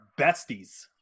besties